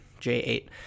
J8